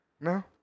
No